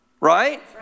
Right